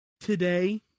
Today